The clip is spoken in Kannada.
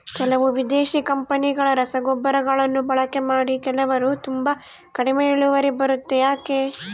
ಕೆಲವು ವಿದೇಶಿ ಕಂಪನಿಗಳ ರಸಗೊಬ್ಬರಗಳನ್ನು ಬಳಕೆ ಮಾಡಿ ಕೆಲವರು ತುಂಬಾ ಕಡಿಮೆ ಇಳುವರಿ ಬರುತ್ತೆ ಯಾಕೆ?